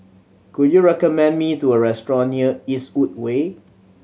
can you recommend me to a restaurant near Eastwood Way